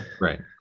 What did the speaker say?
right